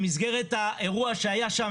במסגרת האירוע שהיה שם,